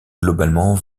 globalement